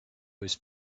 was